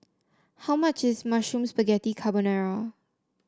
how much is Mushroom Spaghetti Carbonara